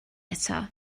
eto